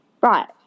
right